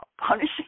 punishing